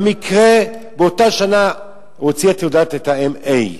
במקרה באותה שנה הוציאה את תעודת ה-MA,